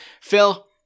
Phil